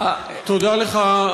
תודה לך,